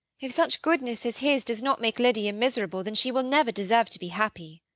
if such goodness as his does not make lydia miserable, then she will never deserve to be happy.